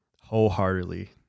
wholeheartedly